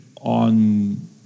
on